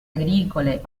agricole